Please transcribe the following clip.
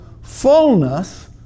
fullness